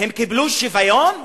הם קיבלו שוויון?